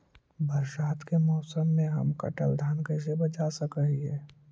बरसात के मौसम में हम कटल धान कैसे बचा सक हिय?